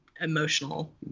emotional